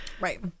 Right